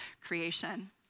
creation